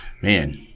man